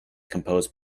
composed